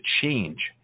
change